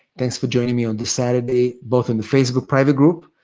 thanks for joining me on this saturday, both in the facebook private group.